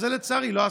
ואת זה לצערי לא עשית.